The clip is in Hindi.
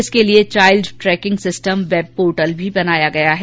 इसके लिए चाइल्ड ट्रैकिंग सिस्टम वेबपोर्टल भी बनाया गया है